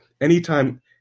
anytime